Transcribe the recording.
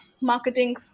marketing